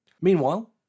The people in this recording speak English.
Meanwhile